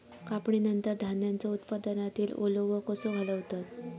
कापणीनंतर धान्यांचो उत्पादनातील ओलावो कसो घालवतत?